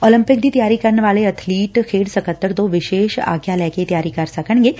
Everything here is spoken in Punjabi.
ਉਲੰਪਿਕ ਦੀ ਤਿਆਰੀ ਕਰਨ ਵਾਲੇ ਅਬਲੀਟ ਖੇਡ ਸਕੱਤਰ ਤੋਂ ਵਿਸ਼ੇਸ਼ ਆਗਿਆ ਲੈ ਕੇ ਤਿਆਰੀ ਕਰ ਸਕਣਗੇ